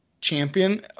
champion